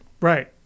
Right